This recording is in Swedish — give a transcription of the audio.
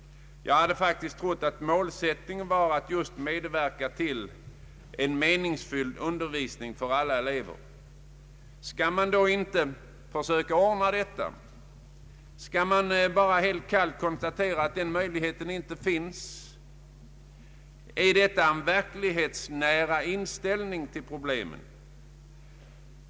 Jag hade faktiskt trott att målsättningen skulle vara att medverka till en meningsfylld undervisning för alla elever. Skall man då inte försöka ordna en sådan? Skall man bara kallt konstatera att den möjligheten inte finns? Är detta en verklighetsnära inställning till problemet?